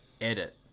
edit